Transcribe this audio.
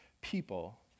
people